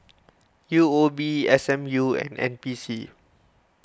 U O B S M U and N P C